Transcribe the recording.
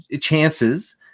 chances